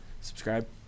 Subscribe